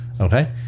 Okay